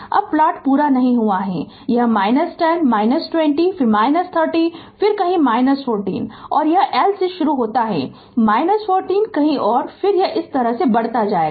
अब प्लॉट पूरा नहीं हुआ यह है - 10 20 फिर - 30 फिर कहीं - 40 और यह L से शुरू होता है - 40 कहीं और फिर यह इस तरह बढता जाएगा